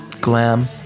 Glam